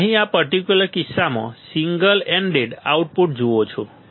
તમે અહીં આ પર્ટિક્યુલર કિસ્સામાં સિંગલ એન્ડેડ આઉટપુટ જુઓ છો